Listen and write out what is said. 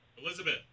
Elizabeth